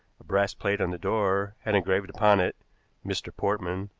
a brass plate on the door had engraved upon it mr. portman,